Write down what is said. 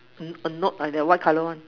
a knob like that white color one